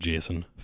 Jason